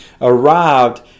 arrived